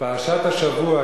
בפרשת השבוע,